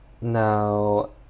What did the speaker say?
Now